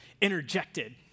interjected